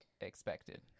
Expected